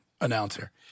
announcer